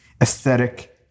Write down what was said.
aesthetic